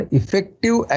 effective